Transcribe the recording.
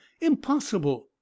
impossible